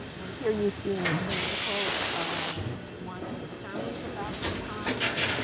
and here you see an example of one of his sermons about the comets.